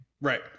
right